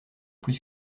plus